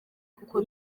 kuko